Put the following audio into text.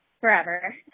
forever